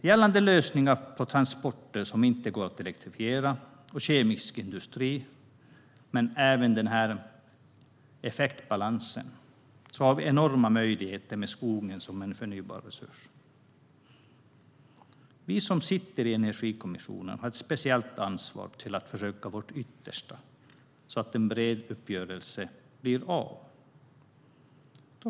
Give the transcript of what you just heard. När det gäller lösningar för transporter som inte går att elektrifiera och kemisk industri samt även för effektbalansen har vi enorma möjligheter med skogen som en förnybar resurs. Vi som sitter i Energikommissionen har ett speciellt ansvar för att försöka vårt yttersta, så att en bred uppgörelse blir av.